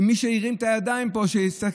ומי שהרים פה את הידיים שיגיד,